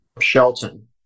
Shelton